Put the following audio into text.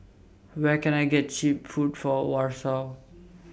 Where Can I get Cheap Food For Warsaw